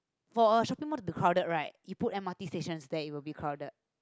for a shopping mall need to crowded right you put M_R_T stations there it will be crowded